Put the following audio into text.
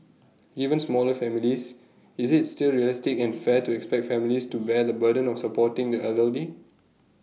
given smaller families is IT still realistic and fair to expect families to bear the burden of supporting the elderly